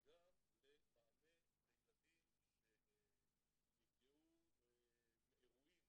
וגם למענה לילדים שנפגעו מאירועים